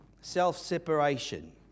self-separation